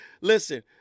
Listen